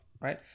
right